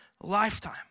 lifetime